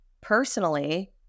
Personally